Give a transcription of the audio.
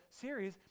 series